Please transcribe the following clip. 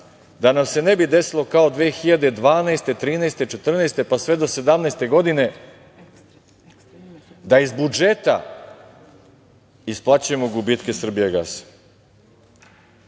da nam se ne bi desilo kao 2012, 2013, 2014. pa sve do 2017. godine da iz budžeta isplaćujemo gubitke „Srbijagasa“.